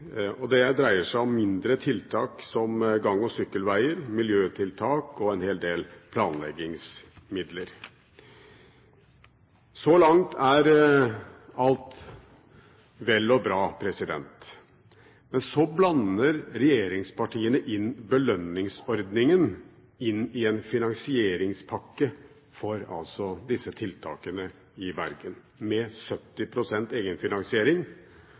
Det dreier seg om mindre tiltak som gang- og sykkelveger, miljøtiltak og en hel del planleggingsmidler. Så langt er alt vel og bra. Men så blander regjeringspartiene belønningsordningen inn i en finansieringspakke for disse tiltakene i Bergen, med 70 pst. egenfinansiering